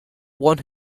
one